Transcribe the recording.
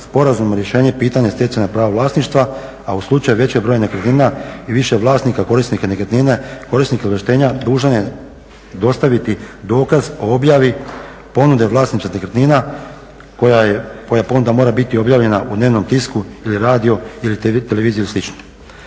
sporazumno rješenje pitanja stjecanja prava vlasništva, a u slučaju većeg broja nekretnina i više vlasnika korisnika nekretnine, korisnik izvlaštenja dužan je dostaviti dokaz o objavi ponude vlasnika nekretnina koja onda mora biti objavljena u dnevnom tisku ili radio ili televiziju ili